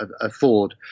afford